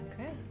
Okay